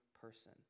person